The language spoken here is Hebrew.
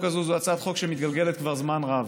הזאת היא הצעת חוק שמתגלגלת כבר זמן רב.